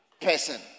person